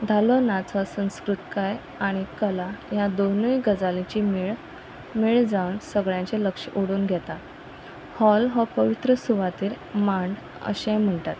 धालो नाच हो संस्कृतकाय आनी कला ह्या दोनूय गजालीची मेळ मेळ जावन सगळ्यांचे लक्ष ओडून घेता हॉल हो पवित्र सुवातेर मांड अशें म्हणटात